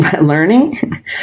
learning